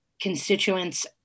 constituents